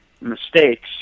mistakes